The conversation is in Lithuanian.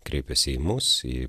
kreipėsi į mus į